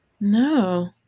No